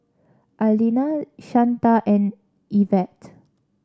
Arlena Shanta and Ivette